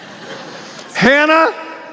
Hannah